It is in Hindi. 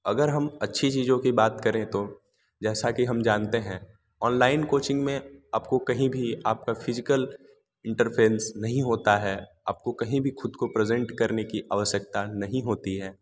अगर हम अच्छी चीज़ों की बात करें तो जैसा कि हम जानते हैं ऑनलाइन कोचिंग में आपको कहीं भी आपका फिजिकल इंटरफेरेंस नहीं होता है आपको कहीं भी ख़ुद को प्रेज़ेंट करने की आवश्यकता नहीं होती है